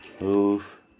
Move